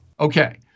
Okay